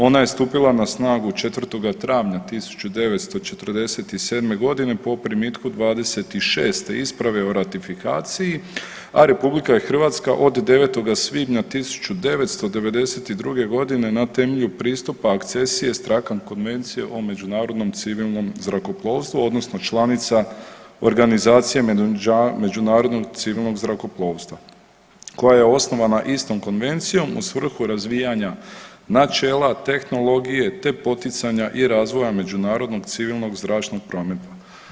Ona je stupila na snagu 4. travnja 1947. godine po primitku 26 isprave o ratifikaciji, a RH je od 9. svibnja 1992. godine na temelju pristupa …/nerazumljivo/… konvencije o međunarodnom civilnom zrakoplovstvu odnosno članica Organizacije međunarodnog civilnog zrakoplovstva koja je osnovana istom konvencijom u svrhu razvijanja načela, tehnologije te poticanja i razvoja međunarodnog civilnog zračnog prometa.